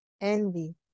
envy